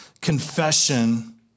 confession